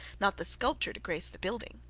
not the sculpture to grace the building